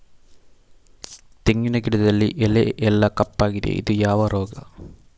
ತೆಂಗಿನ ಗಿಡದಲ್ಲಿ ಎಲೆ ಎಲ್ಲಾ ಕಪ್ಪಾಗಿದೆ ಇದು ಯಾವ ರೋಗ?